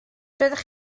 doeddech